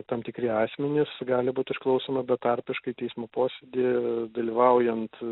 tam tikri asmenys gali būt išklausoma betarpiškai teismo posėdyje dalyvaujant